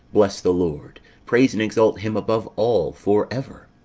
bless the lord praise and exalt him above all for ever.